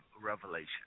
revelation